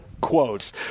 quotes